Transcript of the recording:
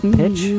pitch